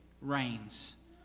reigns